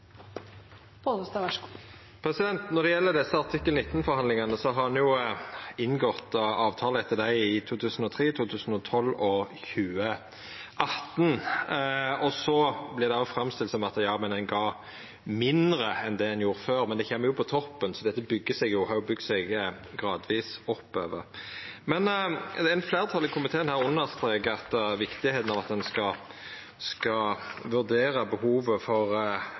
gjeld artikkel 19-forhandlingane, har ein inngått avtaler etter dei i 2003, 2012 og 2018, og det vert framstilt som at ja, men ein gav mindre enn det ein gjorde før. Men det kjem jo på toppen, så dette har bygd seg gradvis oppover. Fleirtalet i komiteen har understreka viktigheita av at ein skal vurdera behovet for